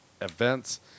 events